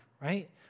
right